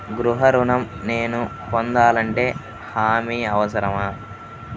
గృహ ఋణం నేను పొందాలంటే హామీ అవసరమా?